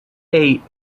eight